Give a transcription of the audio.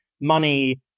money